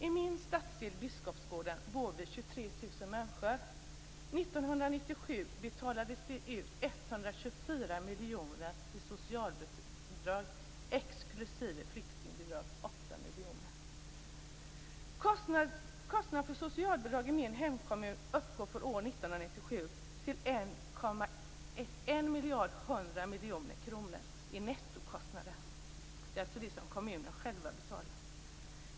I min stadsdel, Biskopsgården, bor vi 23 000 Kostnaderna för socialbidrag i min hemkommun uppgår för 1997 till 1,1 miljarder i nettokostnader. Det är alltså det som kommunen själv betalar.